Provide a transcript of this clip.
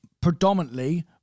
predominantly